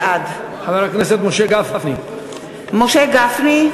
בעד משה גפני,